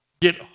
get